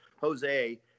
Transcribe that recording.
Jose